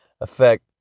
affect